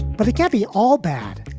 but it can't be all bad.